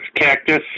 cactus